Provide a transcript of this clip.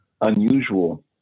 unusual